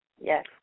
Yes